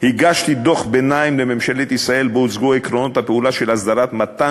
הגשתי דוח ביניים לממשלת ישראל ובו הוצגו עקרונות הפעולה של אסדרת מתן